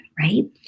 right